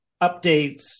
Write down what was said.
updates